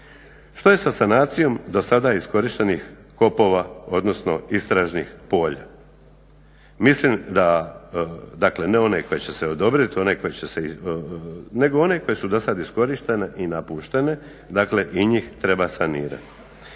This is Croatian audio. Što je sa sanacijom do sada iskorištenih kopova, odnosno istražnih polja? Mislim da, dakle ne one koje će se odobrit, nego one koje su do sad iskorištene i napuštene. Dakle, i njih treba sanirati.